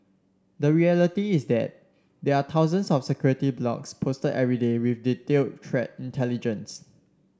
the reality is that there are thousands of security blogs posted every day with detailed threat intelligence